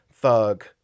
thug